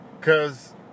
Cause